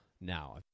Now